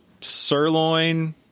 sirloin